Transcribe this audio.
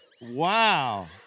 Wow